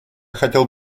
хотел